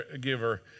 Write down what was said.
giver